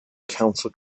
council